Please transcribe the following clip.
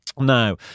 Now